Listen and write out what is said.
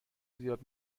زیاد